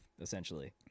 essentially